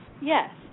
Yes